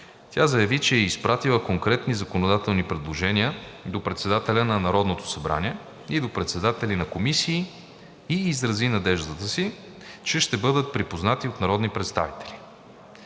тя заяви, че е изпратила конкретни законодателни предложения до председателя на Народното събрание и до председатели на комисии и изрази надеждата си, че ще бъдат припознати от народни представители.